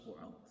world